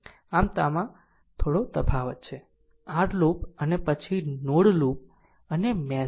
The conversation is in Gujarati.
આમ આમાં થોડો તફાવત છે r લૂપ અને પછી નોડ લૂપ અને મેશ છે